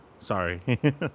Sorry